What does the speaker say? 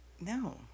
No